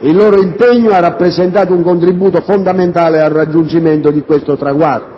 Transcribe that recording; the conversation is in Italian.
Il loro impegno ha rappresentato un contributo fondamentale al raggiungimento di questo traguardo.